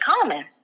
common